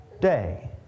day